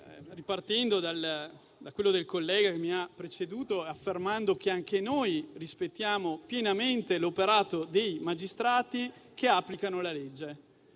partendo dal quello del collega che mi ha preceduto, affermando che anche noi rispettiamo pienamente l'operato dei magistrati che applicano la legge,